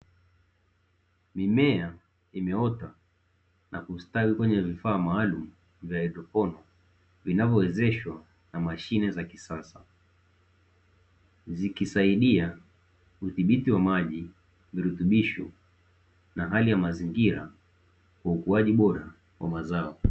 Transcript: Mimea imeota na kustawi kwenye vifaa maalumu vya hydroponi, vinavyowezeshwa na mashine za kisasa, zikisaidia udhibiti wa maji, virutubisho na hali ya mazingira kwa ukuaji bora wa mazao.